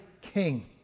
king